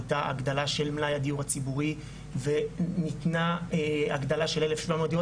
הייתה הגדלת של מלאי הדיור הציבורי וניתנה הגדלה של 1700 דירות,